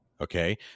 okay